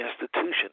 institution